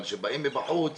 אבל כשבאים מבחוץ